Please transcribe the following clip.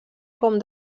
com